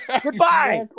Goodbye